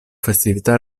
festività